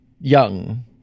young